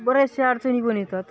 बऱ्याचशे अडचणी पण यतात